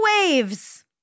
waves